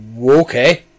Okay